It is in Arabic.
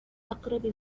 أقرب